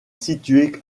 situé